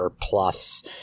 plus